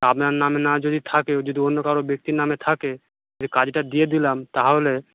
আপনার নামে না যদি থাকে যদি অন্য কারও ব্যক্তির নামে থাকে যে কাজটা দিয়ে দিলাম তাহলে